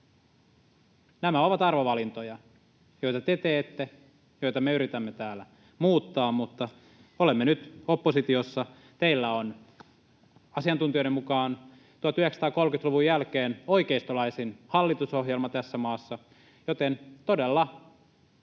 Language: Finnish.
Nämä ovat arvovalintoja, joita te teette, joita me yritämme täällä muuttaa, mutta olemme nyt oppositiossa. Teillä on asiantuntijoiden mukaan 1930-luvun jälkeen oikeistolaisin hallitusohjelma tässä maassa, joten todella